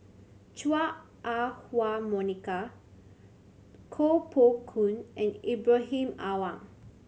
Chua Ah Huwa Monica Koh Poh Koon and Ibrahim Awang